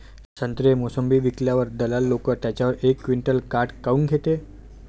संत्रे, मोसंबी विकल्यावर दलाल लोकं त्याच्यावर एक क्विंटल काट काऊन घेते?